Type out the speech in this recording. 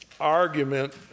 argument